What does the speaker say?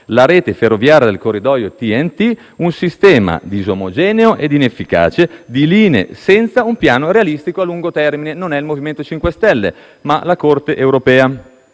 la rete ferroviaria del corridoio TEN-T «un sistema disomogeneo e inefficace di linee senza un piano realistico a lungo termine». Non è il MoVimento 5 Stelle, ma la Corte europea.